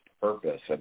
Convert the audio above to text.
purpose